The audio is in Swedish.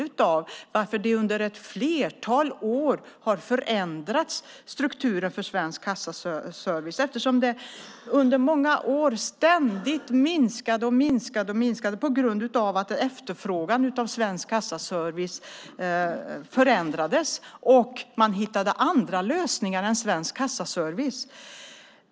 Under ett flertal år förändrades strukturen för Svensk Kassaservice. Under många år minskade och minskade det ständigt på grund av att efterfrågan på Svensk Kassaservice förändrades. Man hittade andra lösningar än Svensk Kassaservice.